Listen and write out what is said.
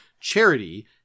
charity